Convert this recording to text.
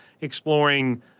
exploring